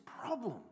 problem